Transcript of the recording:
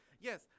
Yes